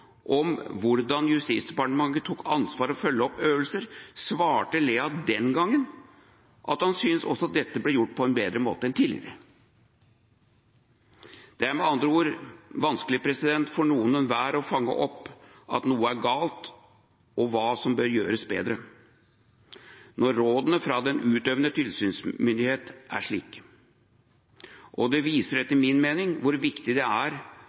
om hvordan Justisdepartementet tok ansvar for å følge opp øvelser, svarte Lea – den gangen – at han syntes også dette ble gjort på en bedre måte enn tidligere. Det er med andre ord vanskelig for noen hver å fange opp at noe er galt og hva som bør gjøres bedre når rådene fra den utøvende tilsynsmyndighet er slike, og det viser etter min mening hvor viktig det er